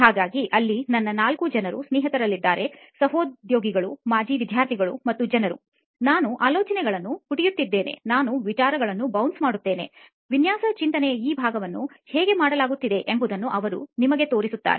ಹಾಗಾಗಿ ಅಲ್ಲಿ ನನ್ನ ನಾಲ್ಕು ಜನ ಸ್ನೇಹಿತರಿದ್ದಾರೆ ಸಹೋದ್ಯೋಗಿಗಳುಮಾಜಿ ವಿದ್ಯಾರ್ಥಿಗಳು ಮತ್ತು ಜನರು ನಾವು ಆಲೋಚನೆಗಳನ್ನು ಪುಟಿಯುತ್ತೇವೆನಾನು ವಿಚಾರಗಳನ್ನು ಬೌನ್ಸ್ ಮಾಡುತ್ತೇನೆ ವಿನ್ಯಾಸ ಚಿಂತನೆಯ ಈ ಭಾಗವನ್ನು ಹೇಗೆ ಮಾಡಲಾಗುತ್ತದೆ ಎಂಬುದನ್ನು ಅವರು ನಿಮಗೆ ತೋರಿಸುತ್ತಾರೆ